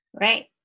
right